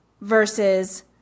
versus